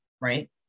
right